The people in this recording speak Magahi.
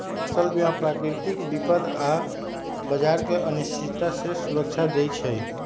फसल बीमा प्राकृतिक विपत आऽ बाजार के अनिश्चितता से सुरक्षा देँइ छइ